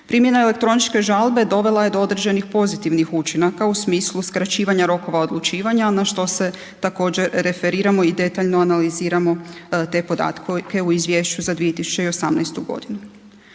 Primjena elektroničke žalbe dovela je do određenih pozitivnih učinaka u smislu skraćivanja rokova odlučivanja na što se također referiramo i detaljno analiziramo te podatke u izvješću za 2018. godinu.